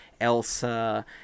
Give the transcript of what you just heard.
Elsa